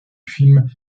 film